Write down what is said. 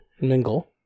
Mingle